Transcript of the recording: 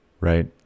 right